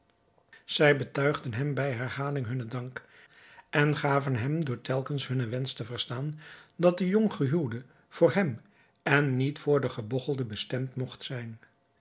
zij betuigden hem bij herhaling hunnen dank en gaven hem door teekens hunnen wensch te verstaan dat de jonggehuwde voor hem en niet voor den gebogchelde bestemd mogt zijn